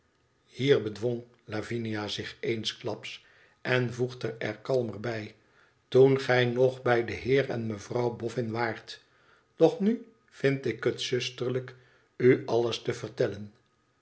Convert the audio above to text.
hier bedwong lavinia zich eensklaps en voegde er kalmer bij i toen gij nog bij den heer en mevrouw boffin waart doch nu vind ik het zusterlijk u alles te vertellen